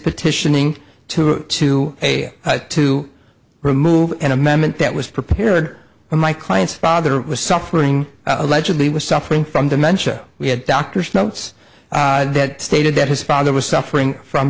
petitioning to to pay to remove an amendment that was prepared for my client's father was suffering allegedly was suffering from dementia we had doctor's notes that stated that his father was suffering from